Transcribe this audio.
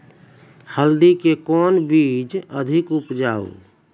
हल्दी के कौन बीज अधिक उपजाऊ?